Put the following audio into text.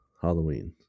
Halloween